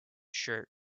shirt